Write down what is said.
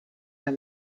are